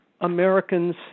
Americans